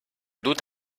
dut